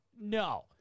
no